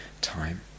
time